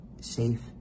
safe